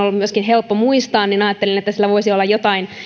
on ollut myöskin helppo muistaa niin ajattelin että sillä voisi olla jotain